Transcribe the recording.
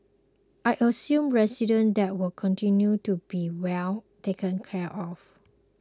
I assured residents that they will continue to be well taken care of